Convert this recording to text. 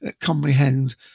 comprehend